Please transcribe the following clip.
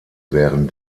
wären